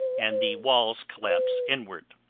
and the walls collapse inward.